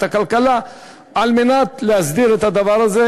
הכלכלה על מנת להסדיר את הדבר הזה,